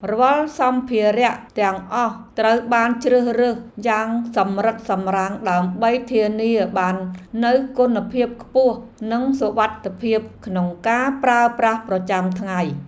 រាល់សម្ភារៈទាំងអស់ត្រូវបានជ្រើសរើសយ៉ាងសម្រិតសម្រាំងដើម្បីធានាបាននូវគុណភាពខ្ពស់និងសុវត្ថិភាពក្នុងការប្រើប្រាស់ប្រចាំថ្ងៃ។